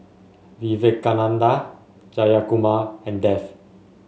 Vivekananda Jayakumar and Dev